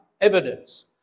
evidence